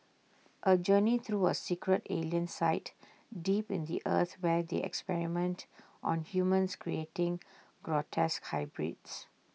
A journey through A secret alien site deep in the earth where they experiment on humans creating grotesque hybrids